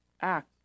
act